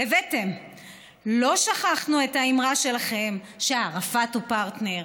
לא שכחנו את האמרה שלכם שערפאת הוא פרטנר.